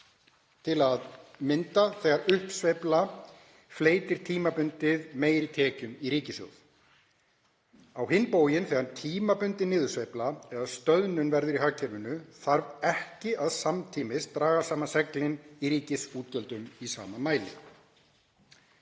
til að mynda þegar uppsveifla fleytir tímabundið meiri tekjum í ríkissjóð. Á hinn bóginn, þegar tímabundin niðursveifla eða stöðnun verður í hagkerfinu þarf ekki að samtímis að draga saman seglin í ríkisútgjöldum í sama mæli.